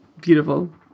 beautiful